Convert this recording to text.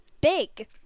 big